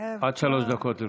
עד שלוש דקות לרשותך.